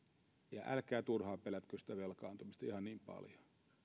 ja älkää turhaan pelätkö sitä velkaantumista ihan niin paljon